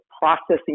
processing